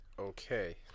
Okay